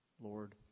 Lord